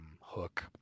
hook